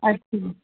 अछा